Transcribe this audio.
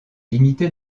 limitée